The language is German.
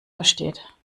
versteht